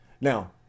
Now